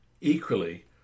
Equally